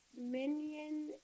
Minion